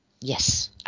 Yes